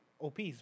OPs